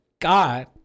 God